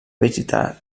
visitar